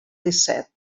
disset